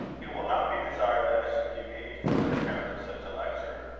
it will not be desired that i should give any further account of such a lecture.